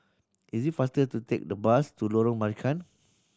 is it faster to take the bus to Lorong Marican